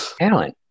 Alan